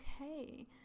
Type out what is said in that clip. Okay